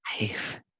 life